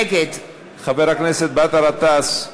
נגד חבר הכנסת באסל גטאס,